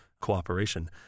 cooperation